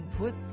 put